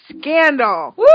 Scandal